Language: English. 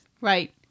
Right